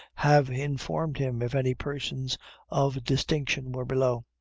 have informed him if any persons of distinction were below.